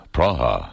Praha